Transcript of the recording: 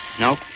Nope